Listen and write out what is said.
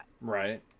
right